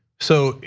so,